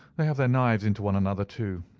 they have their knives into one another, too.